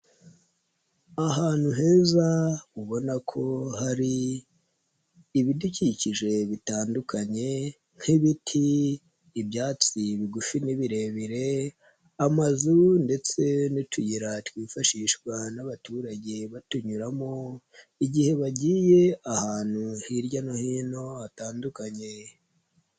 Ahantu heza ubona ko hari ibidukikije bitandukanye nk'ibiti, ibyatsi bigufi n'ibirebire, amazu ndetse n'utuyira twifashishwa n'abaturage batunyuramo igihe bagiye ahantu hirya no hino hatandukanye.